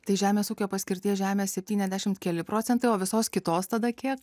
tai žemės ūkio paskirties žemė septyniasdešimt keli procentai o visos kitos tada kiek